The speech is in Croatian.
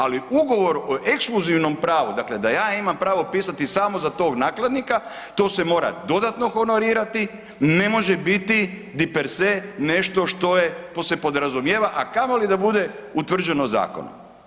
Ali ugovor o ekskluzivnom pravu, dakle da ja imam pravo pisati samo za tog nakladnika to se mora dodatno honorirati, ne može biti di perse nešto što se podrazumijeva, a kamoli da bude utvrđeno zakonom.